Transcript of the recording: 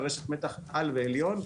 אלא רשת מתח על ועליון,